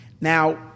Now